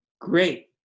great